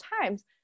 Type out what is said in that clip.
times